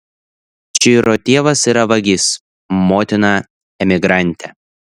čiro tėvas yra vagis motina emigrantė